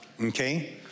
okay